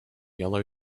yellow